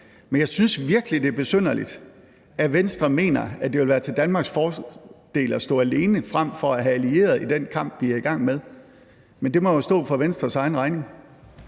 men jeg synes virkelig, det er besynderligt, at Venstre mener, at det ville være til Danmarks fordel at stå alene frem for at have allierede i den kamp, vi er i gang med. Men det må jo stå for Venstres egen regning.